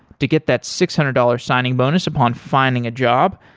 to get that six hundred dollars signing bonus upon finding a job,